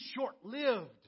short-lived